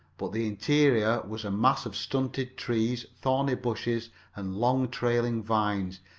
but the interior was a mass of stunted trees, thorny bushes and long trailing vines,